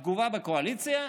התגובה בקואליציה: